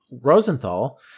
Rosenthal